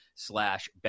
slash